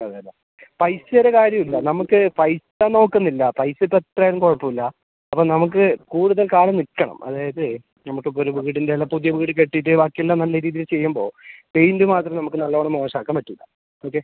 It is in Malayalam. അതെ അല്ലേ പൈസേരെ കാര്യമില്ല നമ്മൾക്ക് പൈസ നോക്കുന്നില്ല പൈസ ഇപ്പം എത്രയായാലും കൊഴപ്പൂല അപ്പം നമ്മൾക്ക് കൂടുതൽ കാലം നിൽക്കണം അതായത് നമ്മൾക്കിപ്പം ഒരു വീടിൻ്റെയല്ല പുതിയ വീട് കെട്ടിയിട്ട് ബാക്കിയെല്ലാം നല്ല രീതിയിൽ ചെയ്യുമ്പോൾ പെയിൻറ്റ് മാത്രം നമ്മൾക്ക് നല്ല വണ്ണം മോശമാക്കാൻ പറ്റില്ല ഓക്കെ